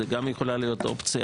וזו גם יכולה להיות אופציה.